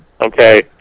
Okay